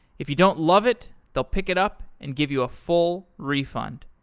if you don't love it, they'll pick it up and give you a full refund.